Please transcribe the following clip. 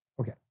Okay